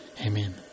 Amen